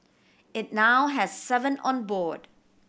it now has seven on board